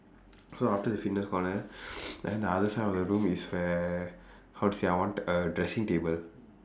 so after the fitness corner then the other side of the room is where how to say I want a dressing table